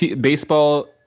Baseball